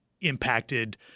impacted